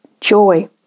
joy